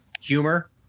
humor